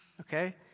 okay